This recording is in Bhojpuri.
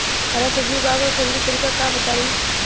हरा सब्जी उगाव का तरीका बताई?